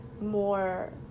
more